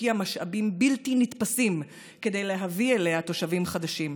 שהשקיעה משאבים בלתי נתפסים כדי להביא אליה תושבים חדשים.